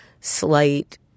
slight